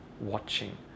watching